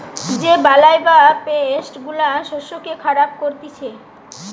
যে বালাই বা পেস্ট গুলা শস্যকে খারাপ করতিছে